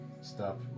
stop